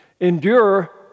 Endure